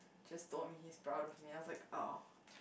just told me he's proud of me I was like !aww!